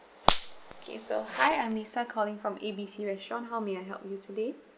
K so hi I'm lisa calling from A_B_C restaurant how may I help you today